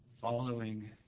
following